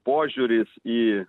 požiūris į